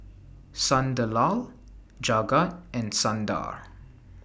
Sunderlal Jagat and Sundar